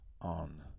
on